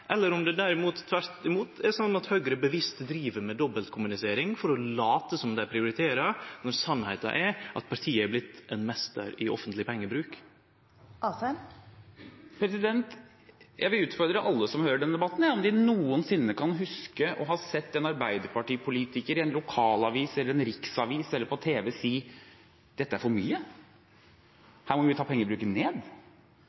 eller om det tvert imot er slik at Høgre bevisst driv med dobbeltkommunikasjon for å late som om dei prioriterer, når sanninga er at partiet er blitt ein meister i offentleg pengebruk. Jeg vil utfordre alle som hører denne debatten, på om de noensinne kan huske å ha sett en arbeiderpartipolitiker i en lokalavis eller i en riksavis eller på tv si at dette er for mye,